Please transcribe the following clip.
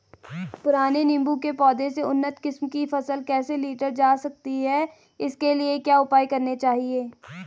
पुराने नीबूं के पौधें से उन्नत किस्म की फसल कैसे लीटर जा सकती है इसके लिए क्या उपाय करने चाहिए?